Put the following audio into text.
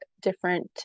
different